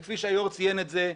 וכפי שהיושב ראש ציין את זה,